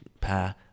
pa